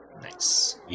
Nice